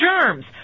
germs